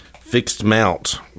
fixed-mount